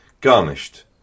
garnished